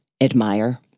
admire